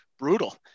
Brutal